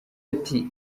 ati